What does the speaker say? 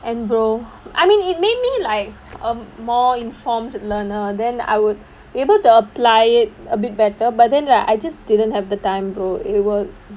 and brother I mean it made me like a more informed learner then I would able to apply it a bit better but then right I just didn't have the time brother it was